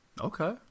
okay